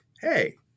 hey